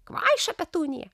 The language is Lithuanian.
kvaiša petunija